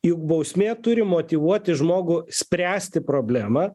juk bausmė turi motyvuoti žmogų spręsti problemą